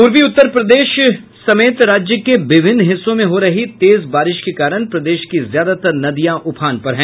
पूर्वी उत्तर समेत राज्य के विभिन्न हिस्सों में हो रही तेज बारिश के कारण प्रदेश की ज्यादातर नदियां उफान पर हैं